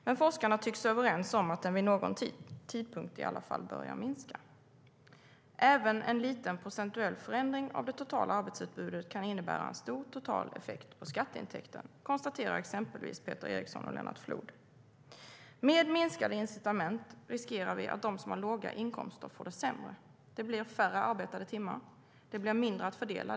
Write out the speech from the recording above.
Men forskarna tycks vara överens om att den vid någon tidpunkt börjar minska. "Även en liten procentuell förändring av det totala arbetsutbudet kan innebära en stor total effekt på skatteintäkten", konstaterar exempelvis Peter Ericson och Lennart Flood.Med minskade incitament riskerar vi att de som har låga inkomster får det sämre. Det blir färre arbetade timmar. Det blir mindre att fördela.